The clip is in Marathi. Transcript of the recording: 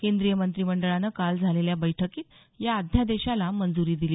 केंद्रीय मंत्रिमंडळानं काल झालेल्या बैठकीत या अध्यादेशाला मंजूरी दिली